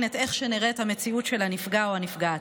את איך שנראית המציאות של הנפגע או הנפגעת,